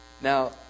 Now